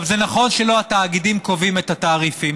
זה נכון שלא התאגידים קובעים את התעריפים,